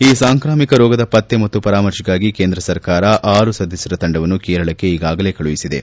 ಈ ಸಾಂಕ್ರಾಮಿಕ ರೋಗದ ಪತ್ತೆ ಮತ್ತು ಪರಾಮರ್ತೆಗಾಗಿ ಕೇಂದ್ರ ಸರ್ಕಾರ ಆರು ಸದಸ್ಥರ ತಂಡವನ್ನು ಕೇರಳಕ್ಕೆ ಈಗಾಗಲೇ ಕಳುಹಿಸಿದೆ